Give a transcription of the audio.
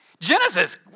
Genesis